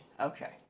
Okay